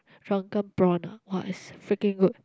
drunken prawn ah !wah! it's freaking good